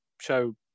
show